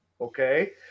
okay